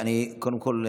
קודם כול,